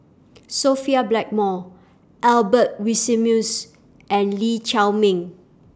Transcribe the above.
Sophia Blackmore Albert Winsemius and Lee Chiaw Meng